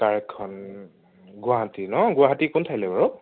কাৰখন গুৱাহাটীৰ ন গুৱাহাটী কোন ঠাইলৈ বাৰু